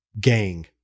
Gang